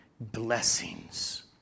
blessings